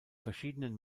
verschiedenen